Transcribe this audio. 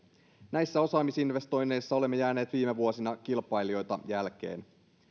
näissä osaamisinvestoinneissa olemme jääneet viime vuosina kilpailijoita jälkeen